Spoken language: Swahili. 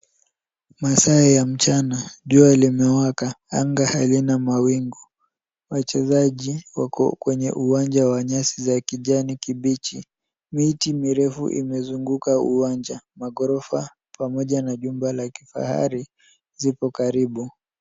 Masaa ya mchana jua limewaka anga halina mawingu. Wachezaji wako kwenye uwanja wa nyasi za kijani kibichi. Miti mirefu imezunguka uwanja. Maghorofa pamoja na jumba la kifahari ziko karibu.